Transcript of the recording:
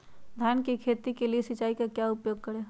धान की खेती के लिए सिंचाई का क्या उपयोग करें?